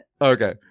Okay